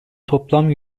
toplam